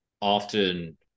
often